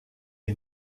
est